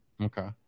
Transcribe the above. Okay